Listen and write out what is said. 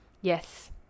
Yes